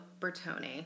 Bertone